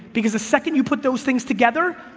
because the second you put those things together,